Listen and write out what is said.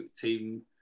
Team